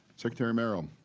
secretary merrill,